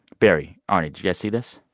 barrie, arnie, did you guys see this?